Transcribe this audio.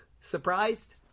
surprised